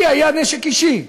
לי היה נשק אישי,